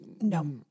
No